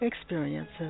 experiences